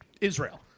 Israel